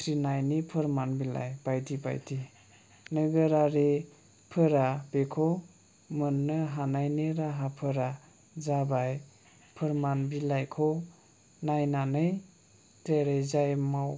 उथ्रिनायनि फोरमान बिलाइ बायदि बायदि नोगोरारिफोरा बेखौ मोननो हानायनि राहाफोरा जाबाय फोरमान बिलाइखौ नायनानै जेरै जाय माव